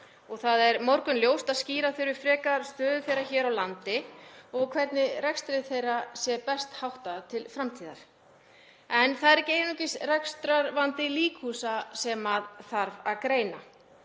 og það er morgunljóst að skýra þurfi frekar stöðu þeirra hér á landi og hvernig rekstri þeirra sé best háttað til framtíðar. En það er ekki einungis rekstrarvandi líkhúsa sem þarf að greina.